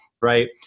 right